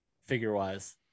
figure-wise